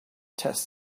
test